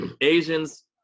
asians